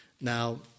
Now